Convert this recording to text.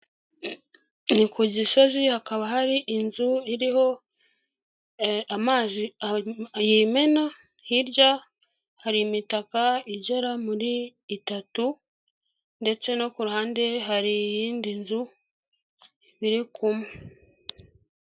Ni ku Gisozi hakaba hari inzu, iriho amazi yimena, hirya hari imitaka igera muri itatu ndetse no ku ruhande hari i8yindi nzu biri kumwe.